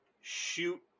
shoot